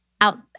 out